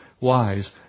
wise